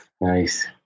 nice